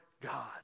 God